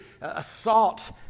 assault